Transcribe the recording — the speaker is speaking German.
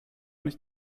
nicht